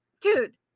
dude